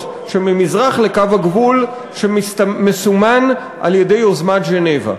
שממזרח לקו הגבול שמסומן על-ידי יוזמת ז'נבה,